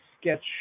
sketch